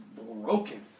broken